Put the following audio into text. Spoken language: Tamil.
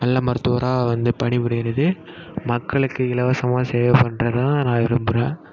நல்ல மருத்துவராக வந்து பணி புரிகிறது மக்களுக்குச் இலவசமாக சேவை பண்றதைதான் நான் விரும்புகிறேன்